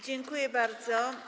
Dziękuję bardzo.